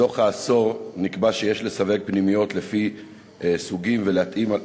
בדוח העשור נקבע שיש לסווג פנימיות לפי סוגות,